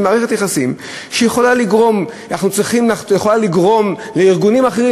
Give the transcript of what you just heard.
מערכת יחסים שיכולה לגרום לארגונים אחרים,